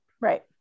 Right